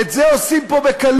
את זה עושים פה בקלות.